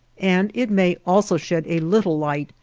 and it may also shed a little light,